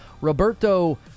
Roberto